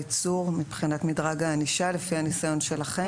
ייצור מבחינת מדרג הענישה לפי הניסיון שלכם?